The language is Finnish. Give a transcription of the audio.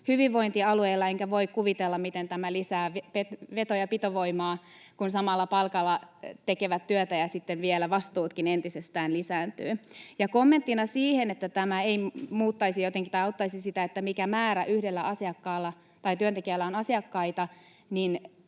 hyvinvointialueilla, enkä voi kuvitella, miten tämä lisää veto‑ ja pitovoimaa, kun samalla palkalla tekevät työtä ja sitten vielä vastuutkin entisestään lisääntyvät. Kommenttina siihen, että tämä ei auttaisi sitä, mikä määrä yhdellä työntekijällä on asiakkaita: